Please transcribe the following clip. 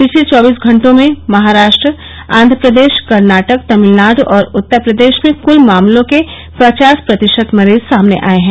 पिछले चौबीस घंटों में महाराष्ट्र आन्ध्रप्रदेश कर्नाटक तमिलनाडु और उत्तर प्रदेश में कुल मामलों के पचास प्रतिशत मरीज सामने आये हैं